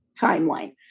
timeline